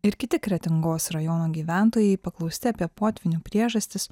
ir kiti kretingos rajono gyventojai paklausti apie potvynių priežastis